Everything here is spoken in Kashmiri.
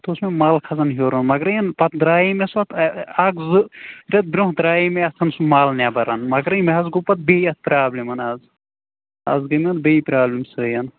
اَتھ اوس مےٚ مَل کھسان ہیوٚر مَگَر یَنہٕ پَتہٕ درٛایے مےٚ سۅ اَکھ زٕ تہٕ برٛونٛہہ درٚایے مےٚ اَتھ سُہ مَل نیٚبَر مَگر مےٚ حظ گوٚو پَتہٕ بیٚیہِ اَتھ پرٛابِلمن حظ اَز گٔے مےٚ بیٚیہِ پرٛابلِم سۄے